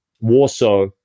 Warsaw